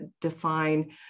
define